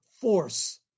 force